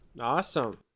Awesome